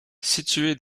située